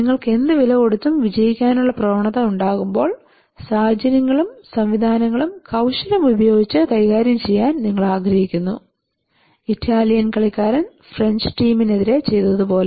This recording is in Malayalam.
നിങ്ങൾക്ക് എന്ത് വില കൊടുത്തും വിജയിക്കാനുള്ള പ്രവണത ഉണ്ടാകുമ്പോൾ സാഹചര്യങ്ങളും സംവിധാനങ്ങളും കൌശലം ഉപയോഗിച്ച് കൈകാര്യം ചെയ്യാൻ നിങ്ങൾ ആഗ്രഹിക്കുന്നു ഇറ്റാലിയൻ കളിക്കാരൻ ഫ്രഞ്ച് ടീമിനെതിരെ ചെയ്തത് പോലെ